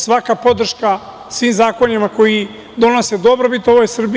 Svaka podrška svim zakonima koji donose dobrobit ovoj Srbiji.